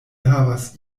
havas